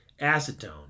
acetone